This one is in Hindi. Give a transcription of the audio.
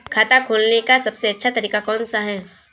खाता खोलने का सबसे अच्छा तरीका कौन सा है?